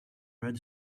red